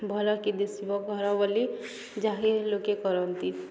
ଭଲକି ଦିଶିବ ଘର ବୋଲି ଯାହାକି ଲୋକେ କରନ୍ତି